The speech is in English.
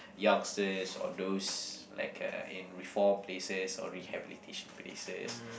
youngsters or those like a in reform places or rehabilitation places